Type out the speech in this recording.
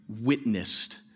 witnessed